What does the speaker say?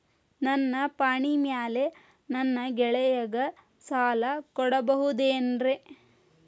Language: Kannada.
ನನ್ನ ಪಾಣಿಮ್ಯಾಲೆ ನನ್ನ ಗೆಳೆಯಗ ಸಾಲ ಕೊಡಬಹುದೇನ್ರೇ?